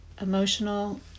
emotional